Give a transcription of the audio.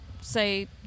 say